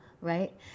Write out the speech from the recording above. right